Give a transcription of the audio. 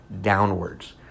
downwards